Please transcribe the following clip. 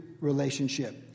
relationship